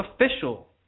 official